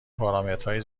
پارامترهای